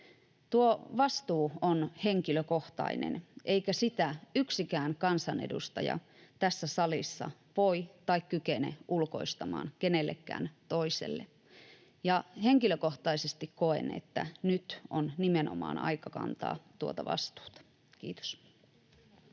Tuo vastuu on henkilökohtainen, eikä sitä yksikään kansanedustaja tässä salissa voi tai kykene ulkoistamaan kenellekään toiselle. Ja henkilökohtaisesti koen, että nyt on nimenomaan aika kantaa tuota vastuuta.